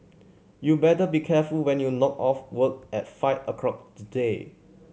you better be careful when you knock off work at five o'clock today